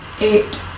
eight